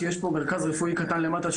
שיש בו מרכז רפואי קטן למטה,